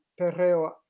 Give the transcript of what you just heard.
perreo